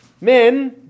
Men